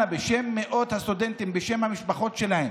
אנא, בשם מאות הסטודנטים, בשם המשפחות שלהם,